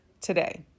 today